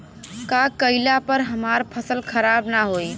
का कइला पर हमार फसल खराब ना होयी?